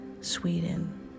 Sweden